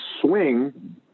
swing